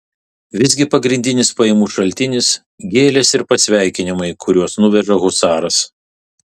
visgi pagrindinis pajamų šaltinis gėlės ir pasveikinimai kuriuos nuveža husaras